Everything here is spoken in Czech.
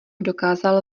dokázal